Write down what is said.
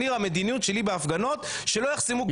אני המדיניות שלי בהפגנות שלא יחסמו.